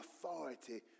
authority